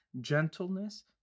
gentleness